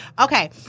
Okay